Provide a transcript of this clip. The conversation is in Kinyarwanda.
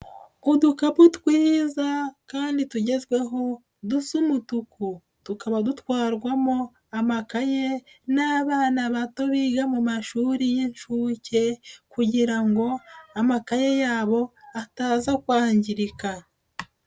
Udukapu twiza kandi tugezweho dusa umutuku, tukaba dutwarwamo amakaye n'abana bato biga mu mashuri y'inshuke kugira ngo amakaye yabo ataza kwangirika.